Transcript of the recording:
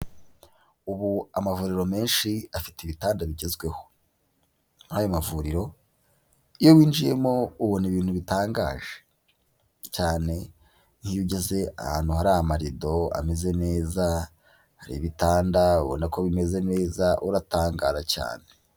Ubu amavuriro menshi afite ibitanda bigezweho, nk'ayo mavuriro iyo winjiyemo ubona ibintu bitangaje, cyane iyo ugeze ahantu hari amarido ameze neza ibitanda ubona ko bimeze neza uratangara cyane.